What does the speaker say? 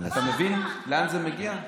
אתה מבין לאן זה מגיע?